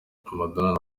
madonna